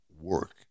work